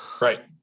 Right